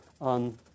on